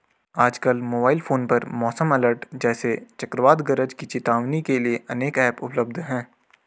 आजकल mobile phone पर मौसम अलर्ट जैसे चक्रवात गरज की चेतावनी के लिए अनेक ऐप उपलब्ध है